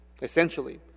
Essentially